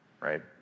right